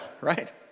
right